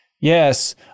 Yes